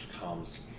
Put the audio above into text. comes